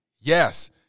Yes